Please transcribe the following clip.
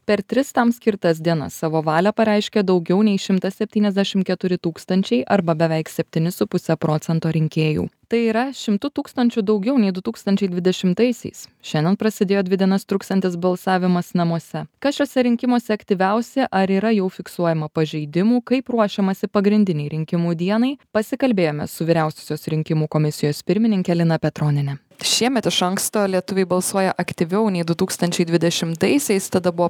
per tris tam skirtas dienas savo valią pareiškė daugiau nei šimtas septyniasdešim keturi tūkstančiai arba beveik septyni su puse procento rinkėjų tai yra šimtu tūkstančiu daugiau nei du tūkstančiai dvidešimtaisiais šiandien prasidėjo dvi dienas truksiantis balsavimas namuose kas šiuose rinkimuose aktyviausi ar yra jau fiksuojama pažeidimų kaip ruošiamasi pagrindinei rinkimų dienai pasikalbėjome su vyriausiosios rinkimų komisijos pirmininke lina petroniene šiemet iš anksto lietuviai balsuoja aktyviau nei du tūkstančiai dvidešimtaisiais tada buvo